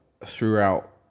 throughout